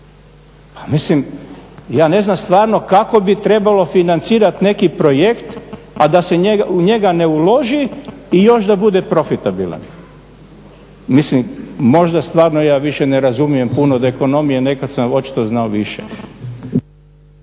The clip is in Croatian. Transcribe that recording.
mislim ja ne znam stvarno kako bi trebalo financirati neki projekt a da se u njega ne uloži i još da bude profitabilan. Mislim, možda stvarno ja više ne razumijem puno od ekonomije, nekad sam očito znao više.